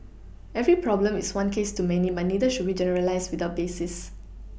every problem is one case too many but neither should we generalise without basis